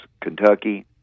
Kentucky